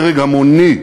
הרג המוני,